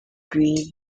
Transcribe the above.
green